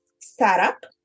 startup